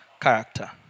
character